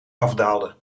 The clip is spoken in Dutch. afdaalde